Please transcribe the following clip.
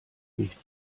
nicht